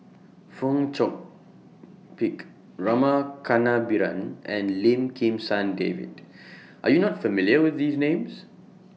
Fong Chong Pik Rama Kannabiran and Lim Kim San David Are YOU not familiar with These Names